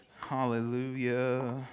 hallelujah